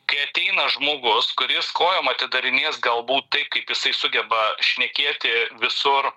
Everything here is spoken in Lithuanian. kai ateina žmogus kuris kojom atidarinės galbūt taip kaip jisai sugeba šnekėti visur